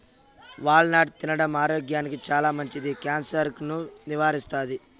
wall నట్ తినడం ఆరోగ్యానికి చానా మంచిది, క్యాన్సర్ ను నివారిస్తాది